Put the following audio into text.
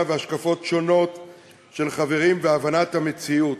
והשקפות שונות של חברים בהבנת המציאות.